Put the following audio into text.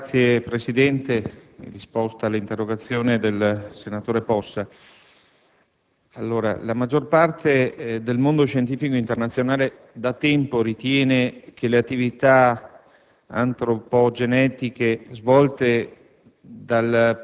Signor Presidente, in risposta all'interrogazione presentata dal senatore Possa, si osserva che la maggior parte del mondo scientifico internazionale da tempo ritiene che le attività antropogeniche, svolte